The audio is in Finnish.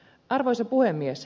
arvoisa puhemies